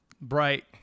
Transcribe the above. bright